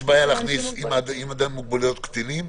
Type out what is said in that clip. יש בעיה להכניס עם אדם עם מוגבלויות קטינים?